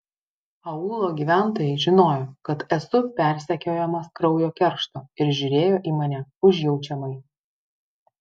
aūlo gyventojai žinojo kad esu persekiojamas kraujo keršto ir žiūrėjo į mane užjaučiamai